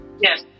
yes